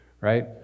right